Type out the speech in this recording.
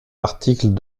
articles